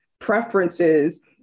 preferences